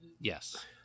Yes